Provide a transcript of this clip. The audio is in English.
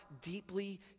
deeply